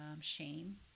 shame